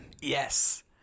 Yes